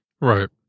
Right